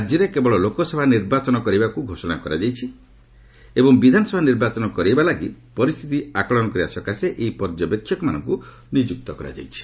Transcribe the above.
ରାଜ୍ୟରେ କେବଳ ଲୋକସଭା ନିର୍ବାଚନ କରାଇବାକୁ ଘୋଷଣା କରାଯାଇଛି ଏବଂ ବିଧାନସଭା ନିର୍ବାଚନ କରାଇବା ଲାଗି ପରିସ୍ଥିତି ଆକଳନ କରିବା ସକାଶେ ଏହି ପର୍ଯ୍ୟବେକ୍ଷକମାନଙ୍କୁ ନିଯୁକ୍ତ କରାଯାଇଛି